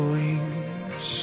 wings